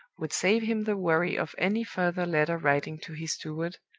would save him the worry of any further letter-writing to his steward,